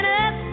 up